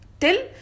Till